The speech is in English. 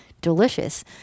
delicious